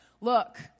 look